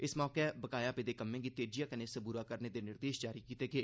इस मौके बकाया पेदे कम्में गी तेजिआ कन्नै सबूरा करने दे निर्देश जारी कीते गे